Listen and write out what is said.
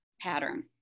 pattern